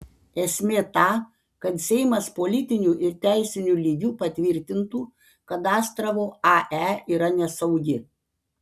esmė ta kad seimas politiniu ir teisiniu lygiu patvirtintų kad astravo ae yra nesaugi